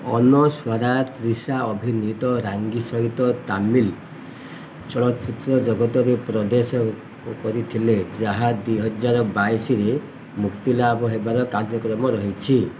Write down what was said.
ଅନସ୍ୱରା ତ୍ରିଶା ଅଭିନୀତ ରାଙ୍ଗୀ ସହିତ ତାମିଲ ଚଳଚ୍ଚିତ୍ର ଜଗତରେ ପ୍ରବେଶ କରିଥିଲେ ଯାହା ଦୁଇହଜାର ବାଇଶରେ ମୁକ୍ତିଲାଭ ହେବାର କାର୍ଯ୍ୟକ୍ରମ ରହିଛି